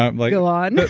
ah like go on.